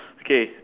okay